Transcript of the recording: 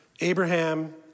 Abraham